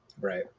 Right